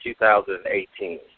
2018